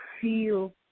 feel